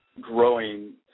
growing